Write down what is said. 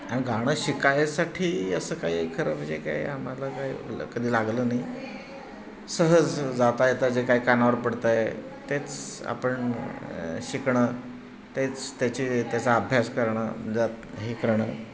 आणि गाणं शिकायसाठी असं काही खरं म्हणजे काय आम्हाला काय ल कधी लागलं नाही सहज जाता येता जे काय कानावर पडतं आहे तेच आपण शिकणं तेच त्याची त्याचा अभ्यास करणं जात हे करणं